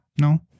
no